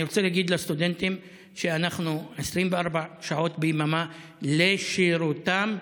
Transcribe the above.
אני רוצה להגיד לסטודנטים שאנחנו 24 שעות ביממה לשירותם.